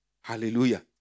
Hallelujah